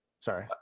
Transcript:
sorry